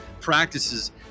practices